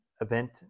event